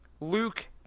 Luke